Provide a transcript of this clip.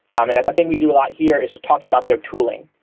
um and the thing we do a lot here is just talking about their tooling.